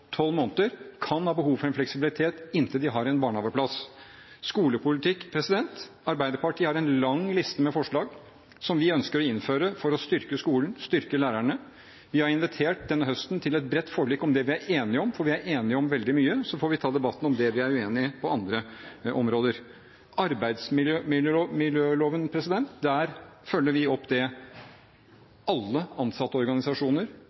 tolv måneder kan ha behov for en fleksibilitet inntil de har en barnehageplass. Skolepolitikk: Arbeiderpartiet har en lang liste med forslag vi ønsker å innføre for å styrke skolen, styrke lærerne. Vi har denne høsten invitert til et bredt forlik om det vi er enige om, for vi er enige om veldig mye. Så får vi ta debatten om det vi er uenige om på andre områder. Når det gjelder arbeidsmiljøloven, følger vi opp